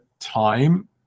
time